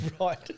Right